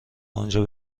آنجا